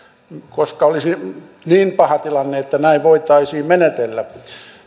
milloin olisi niin paha tilanne että näin voitaisiin menetellä